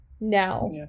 now